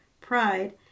pride